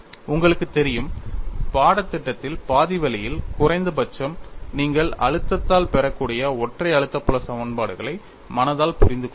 உங்களுக்குத் தெரியும் பாடத்திட்டத்தில் பாதி வழியில் குறைந்த பட்சம் நீங்கள் அழுத்தத்தால் பெறக்கூடிய ஒற்றை அழுத்த புல சமன்பாடுகளை மனதால் புரிந்துக்கொள்வீர்கள்